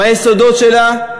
מהיסודות שלה,